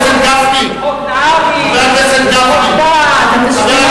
חבר הכנסת גפני.